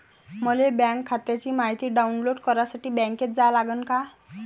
मले बँक खात्याची मायती डाऊनलोड करासाठी बँकेत जा लागन का?